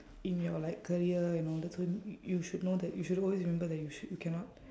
in your like career and all that so y~ you should know that you should always remember that you should you cannot